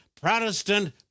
Protestant